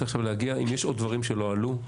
אם יש עוד דברים שלא עלו,